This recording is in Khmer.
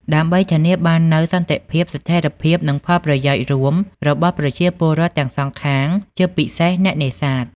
ដើម្បីធានាបាននូវសន្តិភាព ស្ថិរភាព និងផលប្រយោជន៍រួមរបស់ប្រជាពលរដ្ឋទាំងសងខាង ជាពិសេសអ្នកនេសាទ។